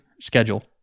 schedule